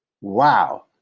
Wow